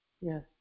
Yes